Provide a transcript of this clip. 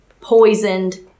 poisoned